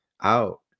out